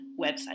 website